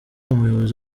umuyobozi